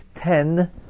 ten